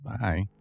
Bye